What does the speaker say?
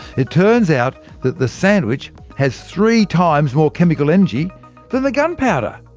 it turns out the the sandwich has three times more chemical energy than the gunpowder!